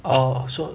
orh so